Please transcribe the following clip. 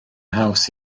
haws